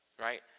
right